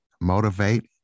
motivate